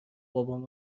بابام